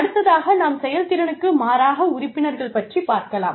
அடுத்ததாக நாம் செயல்திறனுக்கு மாறாக உறுப்பினர்கள் பற்றி பார்க்கலாம்